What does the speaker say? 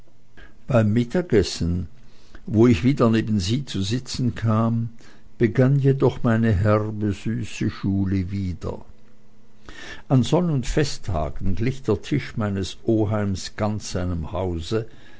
beim mittagessen wo ich wieder neben sie zu sitzen kam begann jedoch meine herbe süße schule wieder an sonn und festtagen glich der tisch meines oheims ganz seinem hause